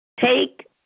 Take